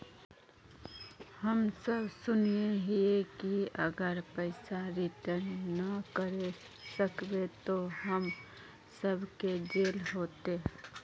हम सब सुनैय हिये की अगर पैसा रिटर्न ना करे सकबे तो हम सब के जेल होते?